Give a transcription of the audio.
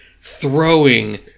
throwing